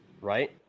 right